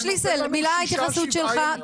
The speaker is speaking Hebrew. שליסל, מילה התייחסות שלך.